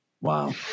Wow